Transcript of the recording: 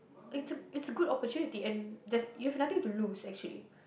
it's a it's a good opportunity and just you have nothing to lose actually